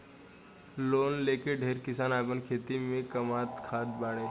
loan लेके ढेरे किसान आपन खेती से कामात खात बाड़े